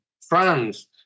France